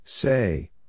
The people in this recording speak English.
Say